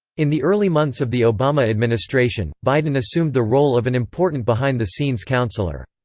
in the early months of the obama administration, biden assumed the role of an important behind-the-scenes counselor.